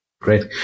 Great